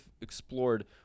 explored